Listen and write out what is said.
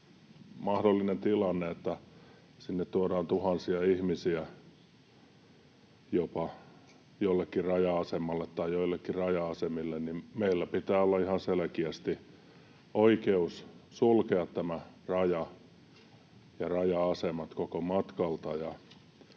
mahdollinen tilanne näin, että sinne tuodaan jopa tuhansia ihmisiä jollekin raja-asemalle tai joillekin raja-asemille, niin meillä pitää olla ihan selkeästi oikeus sulkea tämä raja ja raja-asemat koko matkalta.